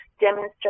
demonstrate